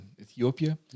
Ethiopia